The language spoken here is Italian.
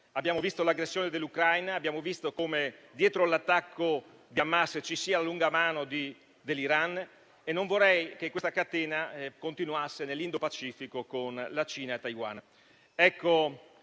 abbiamo visto l'aggressione dell'Ucraina, abbiamo visto come dietro l'attacco di Hamas ci sia la lunga mano dell'Iran e non vorrei che questa catena continuasse nell'Indopacifico, con la Cina a Taiwan.